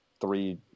three